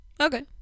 Okay